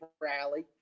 rally